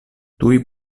tuj